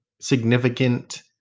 significant